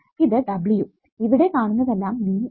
ഇത് W ഇവിടെ കാണുന്നതെല്ലാം V ആണ്